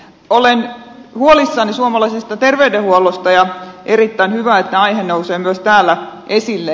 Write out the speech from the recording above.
olen huolissani suomalaisesta terveydenhuollosta ja on erittäin hyvä että aihe nousee myös täällä esille